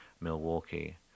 Milwaukee